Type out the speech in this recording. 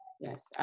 yes